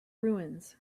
ruins